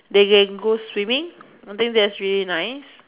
they can go swimming I think that is really nice